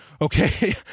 Okay